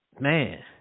Man